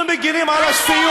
אנחנו מגינים על השפיות.